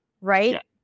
right